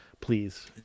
Please